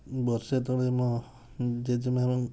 ବର୍ଷେ ତଳେ ମୋ ଜେଜେମାଆ